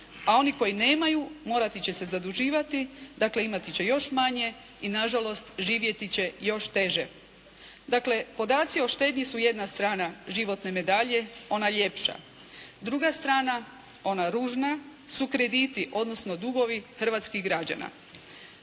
a oni koji nemaju morati će se zaduživati, dakle imati će još manje i nažalost živjet je još teže. Dakle, podaci o štednji su jedna strana životne medalje ona ljepša. Druga strana ona ružna su krediti odnosno dugovi hrvatskih građana.